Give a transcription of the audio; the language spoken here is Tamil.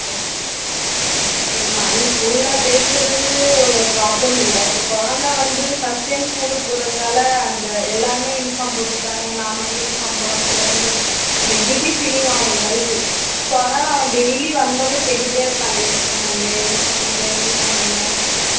ஓகே ஓகேம்மா அது ஸ்கூலில் பேசுகிறது ஒரு ப்ராப்ளம் இல்லை இப்போ கொழந்தை வந்து ஃபஸ்ட் டைம் ஸ்கூலுக்கு போகிறதால அந்த எல்லாேருமே யூனிஃபார்ம் போட்டிருக்காங்க நான் மட்டும் யூனிஃபார்ம் போடாமல் போகிறேன்றது இந்த கில்ட்டி ஃபீலிங் அவனுக்கு வருது ஸோ அதனால் அவன் டெய்லி வந்தோவுன்னையே கேட்டுகிட்டே இருக்கான் யூனிஃபார்ம் எங்கே யூனிஃபார்ம் எங்கே யூனிஃபார்ம் எங்கேன்ட்டு